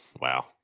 Wow